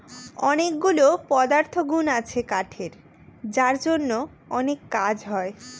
অনেকগুলা পদার্থগুন আছে কাঠের যার জন্য অনেক কাজ হয়